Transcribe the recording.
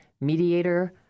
mediator